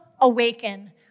awaken